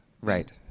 right